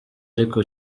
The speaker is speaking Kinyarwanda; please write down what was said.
ariko